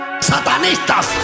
¡Satanistas